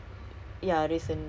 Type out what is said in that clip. news lah tak